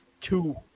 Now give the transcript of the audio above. two